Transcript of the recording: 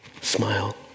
smile